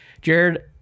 Jared